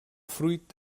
fruit